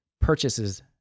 purchases